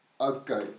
okay